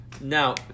now